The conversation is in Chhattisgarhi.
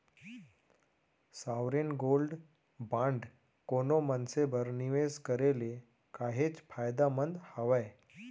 साँवरेन गोल्ड बांड कोनो मनसे बर निवेस करे ले काहेच फायदामंद हावय